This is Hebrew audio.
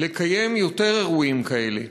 לקיים יותר אירועים כאלה